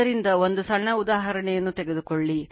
ಆದ್ದರಿಂದ ಒಂದು ಸಣ್ಣ ಉದಾಹರಣೆಯನ್ನು ತೆಗೆದುಕೊಳ್ಳಿ